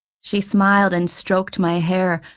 she smiled and stroked my hair,